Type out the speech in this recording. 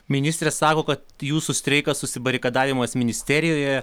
ministrė sako kad jūsų streikas užsibarikadavimas ministerijoje